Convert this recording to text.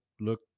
look